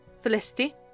Felicity